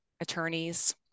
attorneys